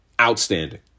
Outstanding